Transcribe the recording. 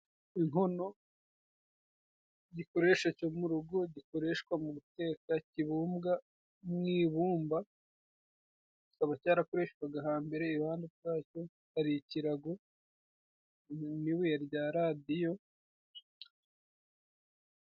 Inkono, igikoresho cyo mu rugo gikoreshwa mu guteka kibumbwa mu ibumba, kikaba cyarakoreshwaga hambere. Iruhande rwacyo hari ikirago n' ibuye rya radiyo.